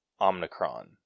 Omnicron